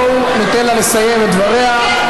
בואו ניתן לה לסיים את דבריה.